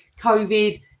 COVID